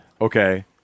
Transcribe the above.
Okay